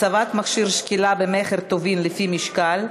הצבת מכשיר שקילה במכר טובין לפי משקל),